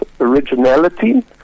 originality